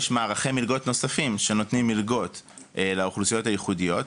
יש מערכי מלגות שנותנים מלגות לאוכלוסיות הייחודיות.